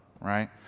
right